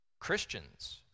Christians